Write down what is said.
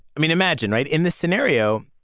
i mean, imagine right? in this scenario,